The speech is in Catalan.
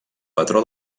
patró